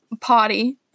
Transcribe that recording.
Potty